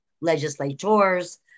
legislators